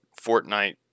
Fortnite